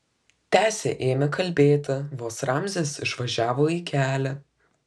tęsė ėmė kalbėti vos ramzis išvažiavo į kelią